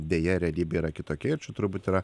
deja realybė yra kitokia ir čia turbūt yra